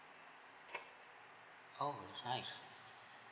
oh nice